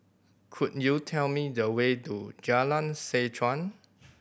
could you tell me the way to Jalan Seh Chuan